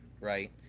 right